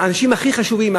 האנשים הכי חשובים,